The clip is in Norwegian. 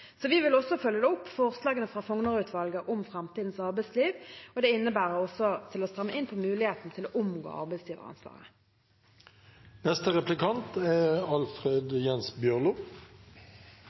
Vi vil også følge opp forslagene fra Fougner-utvalget om framtidens arbeidsliv, og det innebærer også å stramme inn på muligheten til å omgå